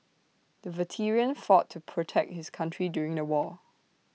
the veteran fought to protect his country during the war